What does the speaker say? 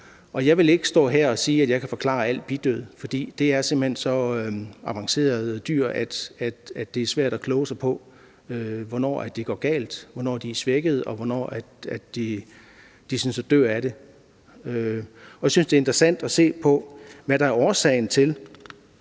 Jeg vil ikke stå her og sige, at jeg kan forklare al bidød, fordi de er simpelt hen så avancerede dyr, at det er svært at kloge sig på, hvornår det går galt, hvornår de er svækkede, og hvornår de sådan set dør af det. Jeg synes, det kunne være interessant at se på, hvad der er årsagen til,